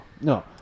No